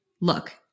look